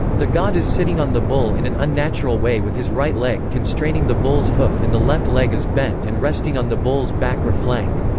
the god is sitting on the bull in an unnatural way with his right leg constraining the bull's hoof and the left leg is bent and resting on the bull's back or flank.